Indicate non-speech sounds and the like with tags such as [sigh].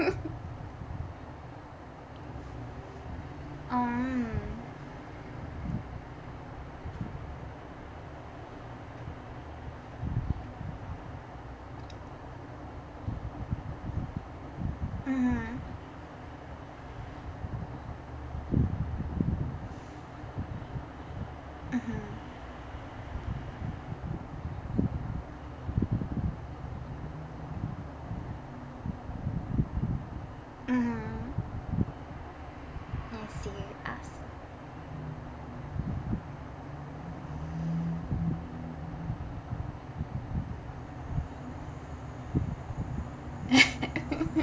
um mmhmm mmhmm mmhmm I see us [laughs]